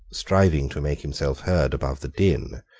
striving to make himself heard above the din,